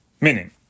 Meaning